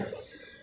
yes